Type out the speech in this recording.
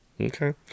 okay